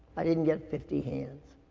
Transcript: i didn't get fifty hands.